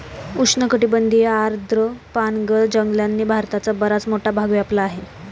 उष्णकटिबंधीय आर्द्र पानगळ जंगलांनी भारताचा बराच मोठा भाग व्यापला आहे